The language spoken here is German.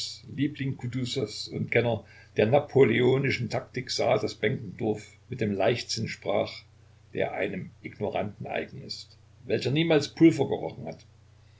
liebling kutusows und kenner der napoleonischen taktik sah daß benkendorf mit dem leichtsinn sprach der einem ignoranten eigen ist welcher niemals pulver gerochen hat